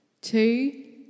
two